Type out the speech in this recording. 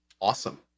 awesome